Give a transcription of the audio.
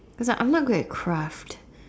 because like I'm not good at craft